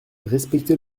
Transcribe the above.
respectez